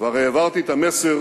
כבר העברתי את המסר